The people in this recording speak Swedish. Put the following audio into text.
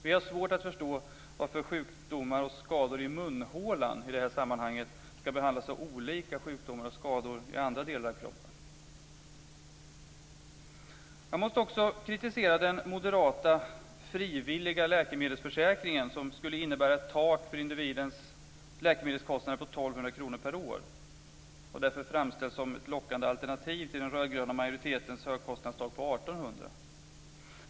Vi har svårt att förstå varför sjukdomar och skador i munhålan i det här sammanhanget skall behandlas så annorlunda jämfört med sjukdomar och skador i andra delar av kroppen. Jag måste också kritisera den moderata frivilliga läkemedelsförsäkringen, som skulle innebära ett tak för individens läkemedelskostnader på 1 200 kr per år och därför framställs som ett lockande alternativ till den röd-gröna majoritetens tak på 1 800 kr när det gäller högkostnadsskyddet.